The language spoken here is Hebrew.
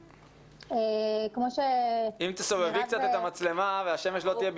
מרגישים זכות לחדש מסורת טובה שאנחנו חושבים שהיא נכונה וחשובה.